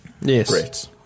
Yes